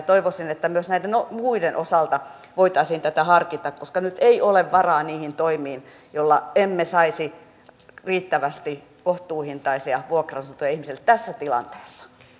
toivoisin että myös näiden muiden osalta voitaisiin tätä harkita koska nyt ei ole varaa niihin toimiin joilla emme saisi riittävästi kohtuuhintaisia vuokra asuntoja ihmisille tässä tilanteessa